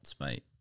mate